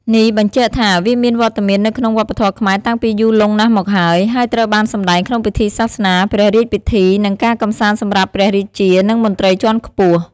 នេះបញ្ជាក់ថា វាមានវត្តមាននៅក្នុងវប្បធម៌ខ្មែរតាំងពីយូរលង់ណាស់មកហើយ ហើយត្រូវបានសម្តែងក្នុងពិធីសាសនា ព្រះរាជពិធី និងការកម្សាន្តសម្រាប់ព្រះរាជា និងមន្ត្រីជាន់ខ្ពស់។